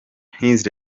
his